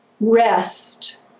rest